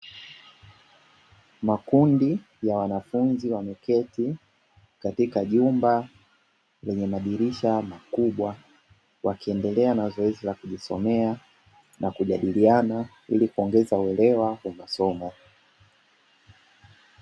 Makundi ya wanafunzi wameketi katika jumba lenye madirisha makubwa, wakiendelea na zoezi la kujisomea na kujadiliana ili kuongeza uelewa wa masomo.